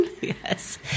Yes